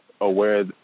aware